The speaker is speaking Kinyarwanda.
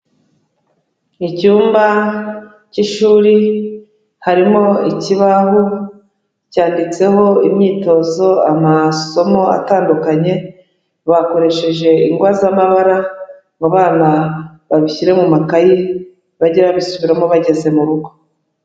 Icyumba cy'ishuri harimo ikibaho cyanditseho imyitozo, amasomo atandukanye bakoresheje ingwa z'amabara, mu bana babishyire mu makaye bajye babisubiramo bageze mu rugo.